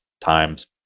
times